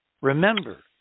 Remember